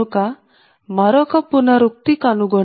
కనుక మరొక పునరుక్తి కనుగొంటాము